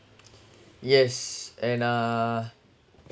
yes and uh